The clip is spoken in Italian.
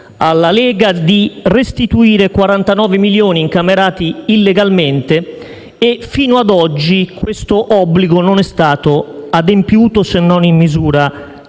alla Lega di restituire 49 milioni incamerati illegalmente. Fino a oggi questo obbligo non è stato adempiuto, se non in misura